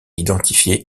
identifié